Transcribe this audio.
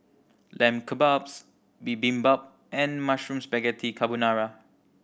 Lamb Kebabs Bibimbap and Mushroom Spaghetti Carbonara